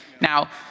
Now